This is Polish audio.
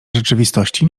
rzeczywistości